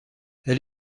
elle